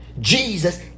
Jesus